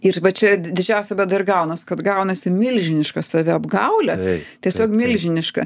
ir va čia didžiausia bėda ir gaunas kad gaunasi milžiniška saviapgaulė tiesiog milžiniška